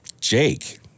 Jake